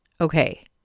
Okay